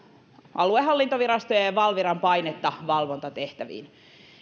aluehallintovirastojen ja valviran painetta valvontatehtäviin